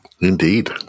Indeed